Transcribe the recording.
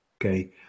Okay